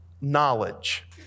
knowledge